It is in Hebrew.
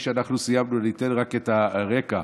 ניתן את הרקע: